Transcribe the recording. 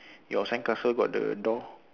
your sandcastle got the door